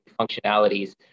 functionalities